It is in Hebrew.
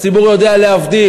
הציבור יודע להבדיל,